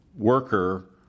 worker